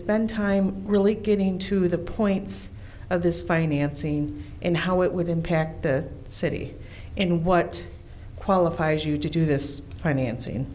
spend time really getting to the points of this financing and how it would impact the city and what qualifies you to do this financing